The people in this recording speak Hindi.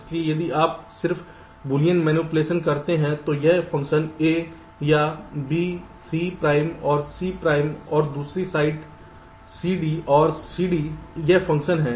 इसलिए यदि आप सिर्फ बूलियन मैनिपुलेशन करते हैं तो यह फ़ंक्शन A या B C प्राइम और C प्राइम और दूसरी साइट CD OR CD यह फ़ंक्शन है